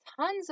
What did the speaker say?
tons